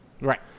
Right